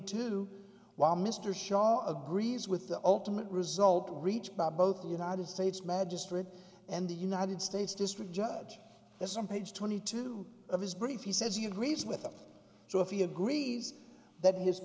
two while mr shaw agrees with the ultimate result reach by both the united states magistrate and the united states district judge this on page twenty two of his brief he says he agrees with them so if he agrees that his